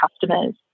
customers